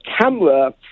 camera